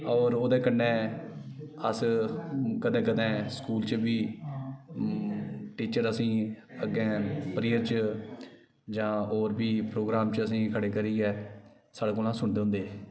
और ओहदे कन्नै अस कदें कंदें स्कूल च बी टीचर असेंगी अग्गै प्रेयर च जां होर प्रोगराम च असेंगी खडे़ करियै साढ़े कोला सुनदे होंदे हे